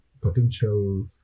potential